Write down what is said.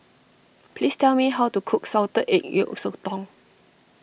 please tell me how to cook Salted Egg Yolk Sotong